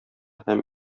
һәм